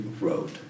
wrote